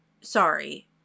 sorry